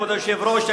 כבוד היושב-ראש,